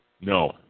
No